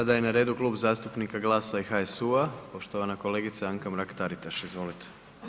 Sada je na redu Klub zastupnika GLAS-a i HSU-u, poštovana kolegica Anka Mrak Taritaš, izvolite.